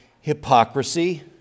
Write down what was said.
hypocrisy